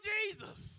Jesus